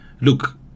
Look